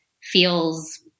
feels